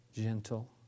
gentle